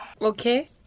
Okay